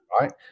right